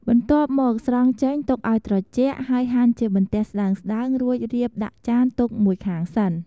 បន្ទាប់មក ស្រង់ចេញទុកឲ្យត្រជាក់ ហើយហាន់ជាបន្ទះស្តើងៗ រួចរៀបដាក់ចានទុកមួយខាងសិន។